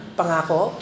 pangako